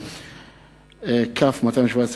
כ/217,